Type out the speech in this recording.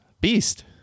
Beast